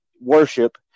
worship